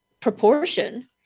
proportion